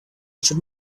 should